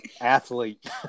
athlete